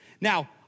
Now